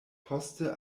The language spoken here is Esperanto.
poste